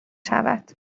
شود